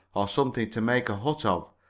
or something to make a hut of,